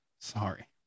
Sorry